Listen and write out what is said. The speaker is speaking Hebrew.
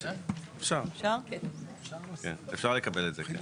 אפשר, אפשר לקבל את זה כן.